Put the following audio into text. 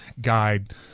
guide